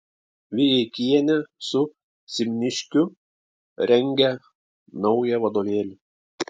vijeikienė su simniškiu rengia naują vadovėlį